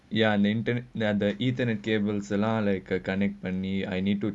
ya internet the ethernet cables எல்லாம்:ellaam connect பண்ணி:panni I need to test the